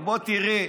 אבל בוא תראה: